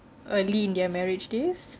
early in their marriage days